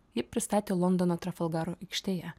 ji pristatė londono trafalgaro aikštėje